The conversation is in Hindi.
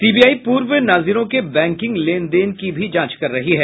सीबीआई पूर्व नाजिरों के बैंकिंग लेन देन की भी जांच कर रही है